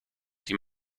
die